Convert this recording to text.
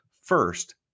first